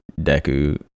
deku